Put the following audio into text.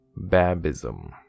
Babism